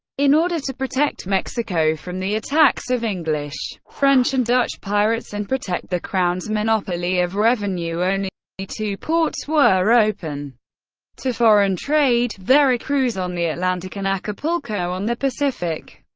in order to protect mexico from the attacks of english, french and dutch pirates and protect the crown's monopoly of revenue, and only two ports were open to foreign trade veracruz on the atlantic and acapulco on the pacific.